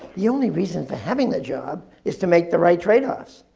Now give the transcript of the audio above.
the only reason for having the job is to make the right trade-offs,